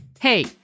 Hey